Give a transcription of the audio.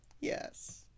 Yes